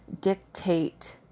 dictate